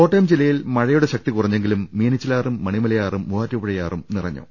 കോട്ടയം ജില്ലയിൽ മഴയുടെ ശക്തി കുറഞ്ഞെങ്കിലും മീനച്ചിലാറും മണിമലയാറും മൂവാറ്റുപുഴയാറും നിറ്റഞ്ഞു